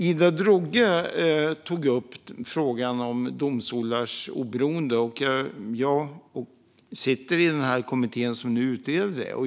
Ida Drougge tog upp frågan om domstolars oberoende. Jag sitter med i den kommitté som nu utreder det.